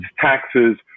taxes